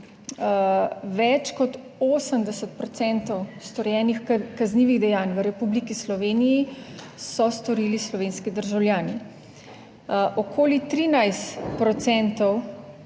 več kot 80 % storjenih kaznivih dejanj v Republiki Sloveniji so storili slovenski državljani. Okoli 13